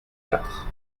quatre